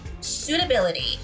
suitability